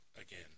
Again